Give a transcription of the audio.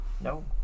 No